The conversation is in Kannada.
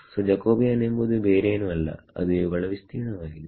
ಸೋ ಜಕೋಬಿಯನ್ ಎಂಬುದು ಬೇರೇನೂ ಅಲ್ಲ ಅದು ಇವುಗಳ ವಿಸ್ತೀರ್ಣವಾಗಿದೆ